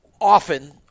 often